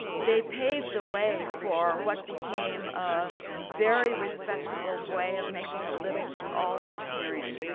they paved the way for what became a very respectable way of making a living for all of the syrians,